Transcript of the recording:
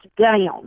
down